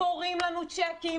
פורעים לנו צ'קים.